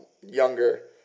younger